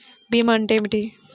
భీమా అంటే ఏమిటి?